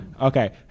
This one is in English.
Okay